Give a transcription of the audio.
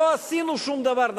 לא עשינו שום דבר.